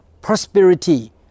prosperity